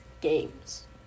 games